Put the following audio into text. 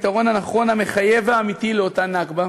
הפתרון הנכון, המחייב והאמיתי לאותה נכבה,